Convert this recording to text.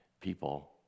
people